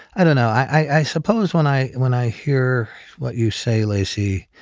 i don't know. i suppose when i when i hear what you say, lacy,